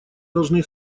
должны